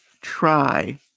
try